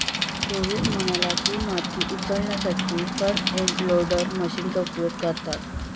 रोहित म्हणाला की, माती उचलण्यासाठी फ्रंट एंड लोडर मशीनचा उपयोग करतात